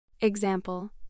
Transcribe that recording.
Example